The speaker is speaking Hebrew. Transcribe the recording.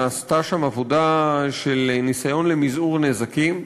נעשתה שם עבודה של ניסיון למזעור נזקים.